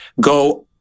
go